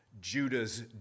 Judah's